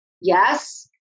Yes